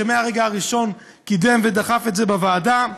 שמהרגע הראשון קידם ודחף את זה בוועדה.